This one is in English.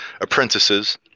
apprentices